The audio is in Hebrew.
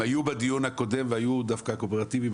הם היו בדיון הקודם והיו דווקא קואופרטיביים.